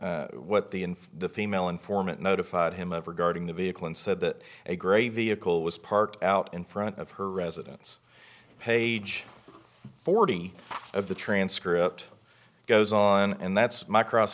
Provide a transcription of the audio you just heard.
what the in the female informant notified him of regarding the vehicle and said that a gray vehicle was parked out in front of her residence page forty of the transcript goes on and that's my cross